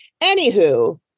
Anywho